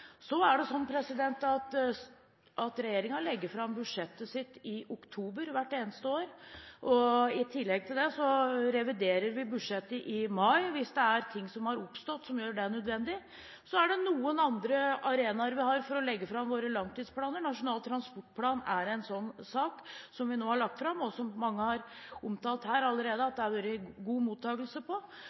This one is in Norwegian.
Det er slik at regjeringen hvert eneste år legger fram budsjettet sitt i oktober. I tillegg reviderer vi budsjettet i mai, hvis det er ting som har oppstått som gjør det nødvendig. Så har vi noen andre arenaer for å legge fram våre langtidsplaner. Nasjonal transportplan er en slik sak, som vi nå har lagt fram, og som – som mange her allerede har omtalt – har fått god mottakelse.